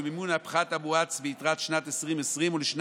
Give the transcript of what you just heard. ולמימון הפחת המואץ ביתרת שנת 2020 ולשנים